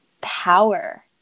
power